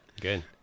Good